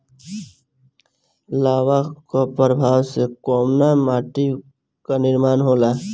लावा क प्रवाह से कउना माटी क निर्माण होला?